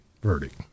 verdict